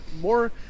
more